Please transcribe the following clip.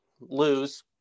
lose